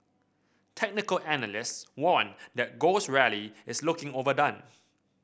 technical analysts warned that gold's rally is looking overdone